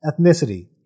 ethnicity